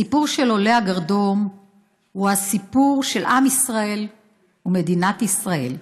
הסיפור של עולי הגרדום הוא הסיפור של עם ישראל ומדינת ישראל.